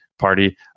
Party